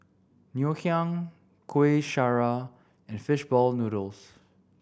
Ngoh Hiang Kuih Syara and fish ball noodles